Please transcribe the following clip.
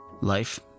Life